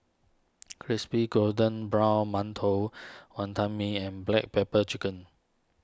Crispy Golden Brown Mantou Wonton Mee and Black Pepper Chicken